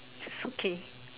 it's okay